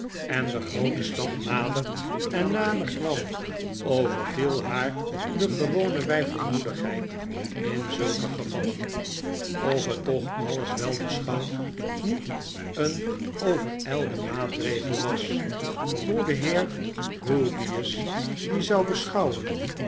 en de groote stad naderennaderkwam overviel haar de gewone weifelmoedigheid in zulke gevallen of net toch alles wel beschouwd niet een overijlde maatregel was hoe de heer grewgious dien zou beschouwen